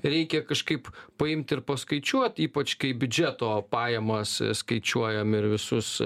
reikia kažkaip paimti ir paskaičiuot ypač kai biudžeto pajamas skaičiuojam ir visus